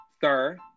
sir